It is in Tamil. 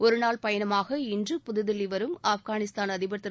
ஒருநாள் பயணமாக இன்று புதுதில்லி வரும் ஆப்கானிஸ்தான் அதிபர் திரு